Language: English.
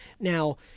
Now